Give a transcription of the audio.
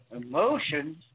emotions